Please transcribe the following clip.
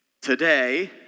Today